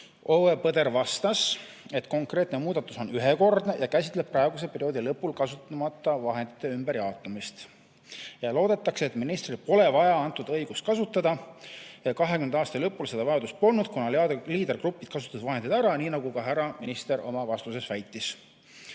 Ove Põder vastas, et konkreetne muudatus on ühekordne ja peab silmas praeguse perioodi lõpul kasutamata vahendite ümberjaotamist. Loodetakse, et ministril pole vaja seda õigust kasutada. 2020. aasta lõpul seda vajadust polnud, kuna Leaderi grupid kasutasid vahendid ära, nii nagu ka härra minister oma vastuses väitis.